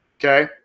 Okay